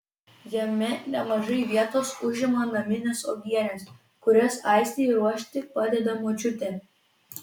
jame nemažai vietos užima naminės uogienės kurias aistei ruošti padeda močiutė